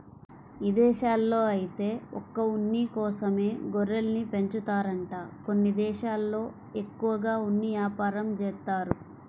ఇదేశాల్లో ఐతే ఒక్క ఉన్ని కోసమే గొర్రెల్ని పెంచుతారంట కొన్ని దేశాల్లో ఎక్కువగా ఉన్ని యాపారం జేత్తారు